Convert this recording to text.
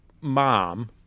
mom